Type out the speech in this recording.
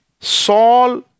Saul